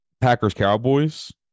Packers-Cowboys